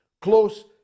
close